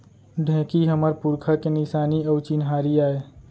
ढेंकी हमर पुरखा के निसानी अउ चिन्हारी आय